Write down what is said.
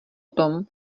tom